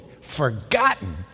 forgotten